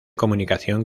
comunicación